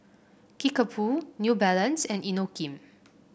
Kickapoo New Balance and Inokim